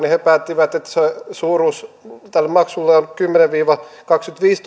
niin he päättivät että se suuruus tälle maksulle on kymmenentuhatta viiva